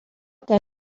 que